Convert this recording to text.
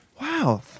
Wow